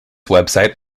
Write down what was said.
website